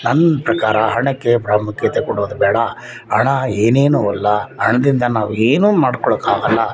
ನನ್ನ ಪ್ರಕಾರ ಹಣಕ್ಕೆ ಪ್ರಾಮುಖ್ಯತೆ ಕೊಡೋದು ಬೇಡ ಹಣ ಏನೇನೂ ಅಲ್ಲ ಹಣದಿಂದ ನಾವು ಏನೂ ಮಾಡ್ಕೊಳ್ಳೋಕ್ಕಾಗೋಲ್ಲ